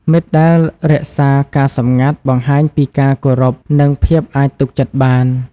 មិត្តដែលរក្សាការសម្ងាត់ បង្ហាញពីការគោរព និងភាពអាចទុកចិត្តបាន។